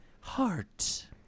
Heart